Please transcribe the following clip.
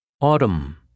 Autumn